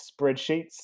spreadsheets